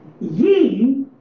ye